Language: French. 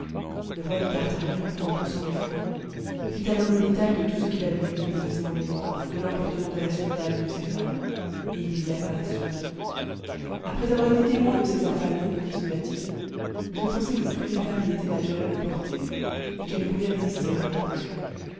le roi de tartarie ne pouvant plus s'en défendre fit alors le détail de tout ce qu'il avait vu du déguisement des noirs de l'emportement de la sultane et de ses femmes et il n'oublia pas masoud après avoir été témoin de ces infamies continua-t-il je pensai que toutes les femmes y étaient naturellement portées et qu'elles ne pouvaient résister à leur penchant